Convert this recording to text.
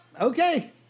Okay